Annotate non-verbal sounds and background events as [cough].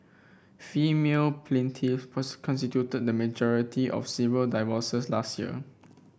female plaintiff [unintelligible] constituted the majority of civil divorces last year